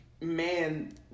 Man